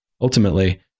ultimately